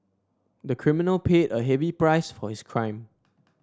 the criminal paid a heavy price for his crime